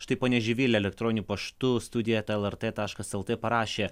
štai ponia živilė elektroniniu paštu studija eta lrt taškas lt parašė